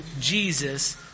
Jesus